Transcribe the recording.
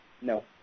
No